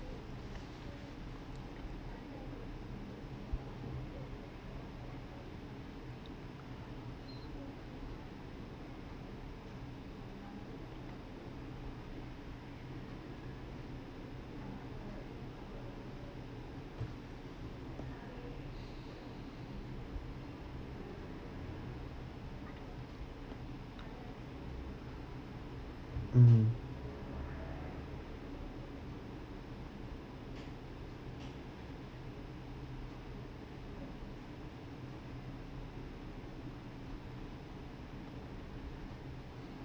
mm mm